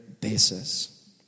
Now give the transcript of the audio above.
basis